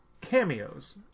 cameos